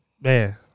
man